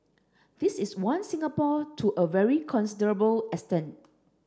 this is one Singapore to a very considerable extent